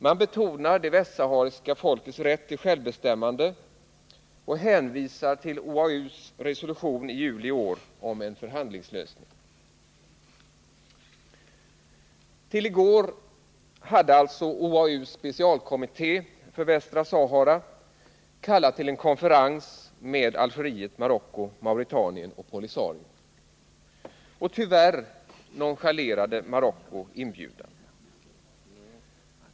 Man betonar det västsahariska folkets rätt till självbestämmande och hänvisar till OAU:s resolution i juli i år om en förhandlingslösning. Till i går hade OAU:s specialkommitté för Västra Sahara kallat till en konferens med Algeriet, Marocko, Mauretanien och POLISARIO. Tyvärr nonchalerade Marocko inbjudan.